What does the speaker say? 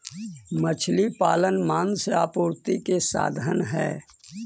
मछली पालन मांस आपूर्ति के साधन हई